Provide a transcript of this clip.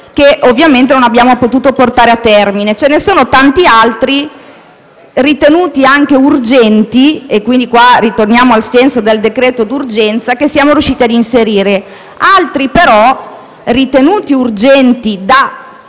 che ovviamente non abbiamo potuto portare a termine. Ce ne sono tante altre, ritenute anche urgenti - e quindi ritorniamo al senso del decreto d'urgenza - che siamo riusciti ad inserire. Altre però, ritenute urgenti dalla